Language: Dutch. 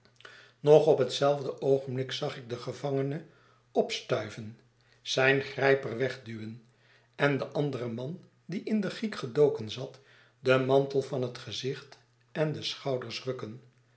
nog op hetzelfde oogenblik zag ik den gevangene opstuiven zijn grijper wegduwen en den anderen man die in de giek gedoken zat den mantel van het gezicht en de schouders rukken